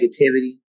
negativity